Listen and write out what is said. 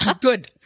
good